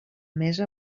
mesa